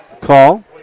call